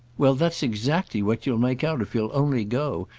well, that's exactly what you'll make out if you'll only go,